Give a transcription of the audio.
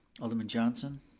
alderman johnson?